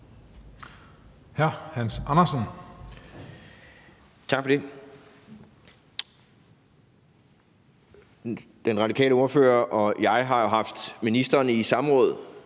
Hans Andersen (V): Tak for det. Den radikale ordfører og jeg har jo haft ministeren i samråd